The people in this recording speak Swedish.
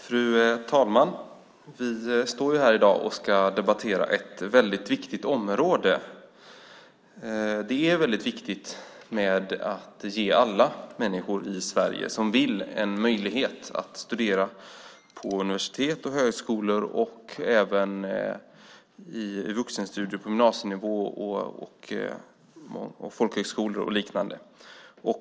Fru talman! Vi står här i dag och debatterar ett väldigt viktigt område. Det är väldigt viktigt att ge alla människor i Sverige, som vill, en möjlighet att studera på universitet och högskolor och även bedriva vuxenstudier på gymnasienivå, på folkhögskolor och liknande.